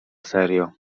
serio